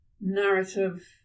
narrative